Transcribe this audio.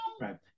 right